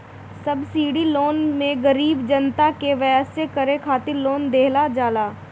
subsidy loan मे गरीब जनता के व्यवसाय करे खातिर लोन देहल जाला